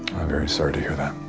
very sorry to hear that.